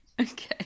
Okay